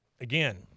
Again